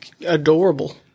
Adorable